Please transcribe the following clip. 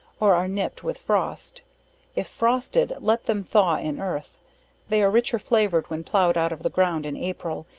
or are nipped with frost if frosted, let them thaw in earth they are richer flavored when plowed out of the ground in april,